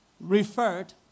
referred